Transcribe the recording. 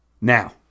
Now